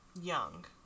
young